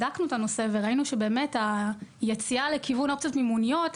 בדקנו את הנושא וראינו שהיציאה לכיוון אופציות מימון היא